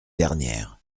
dernière